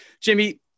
Jimmy